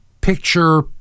picture